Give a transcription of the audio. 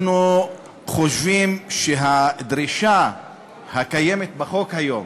אנחנו חושבים שהדרישה הקיימת בחוק היום,